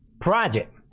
project